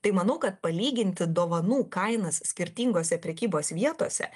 tai manau kad palyginti dovanų kainas skirtingose prekybos vietose